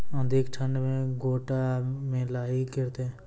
अधिक ठंड मे गोटा मे लाही गिरते?